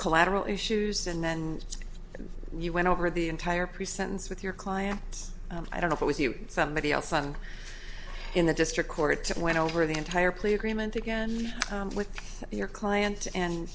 collateral issues and then you went over the entire pre sentence with your clients i don't know if it was you somebody else on in the district court judge went over the entire plea agreement again with your client and